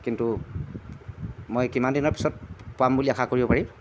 কিন্তু মই কিমান দিনৰ পিছত পাম বুলি আশা কৰিব পাৰি